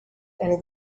and